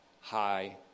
high